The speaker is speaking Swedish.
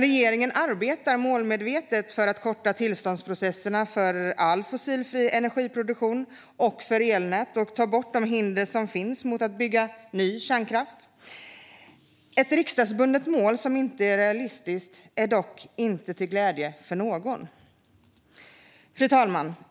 Regeringen arbetar målmedvetet för att korta tillståndsprocesserna för all fossilfri energiproduktion och för elnät och tar bort de hinder som finns när det gäller att bygga ny kärnkraft. Ett riksdagsbundet mål som inte är realistiskt är dock inte till glädje för någon. Fru talman!